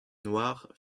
noir